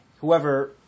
whoever